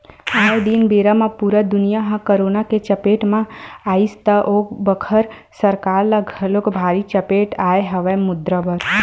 आये दिन बेरा म पुरा दुनिया ह करोना के चपेट म आइस त ओ बखत सरकार ल घलोक भारी चपेट आय हवय मुद्रा बर